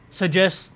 suggest